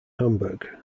hamburg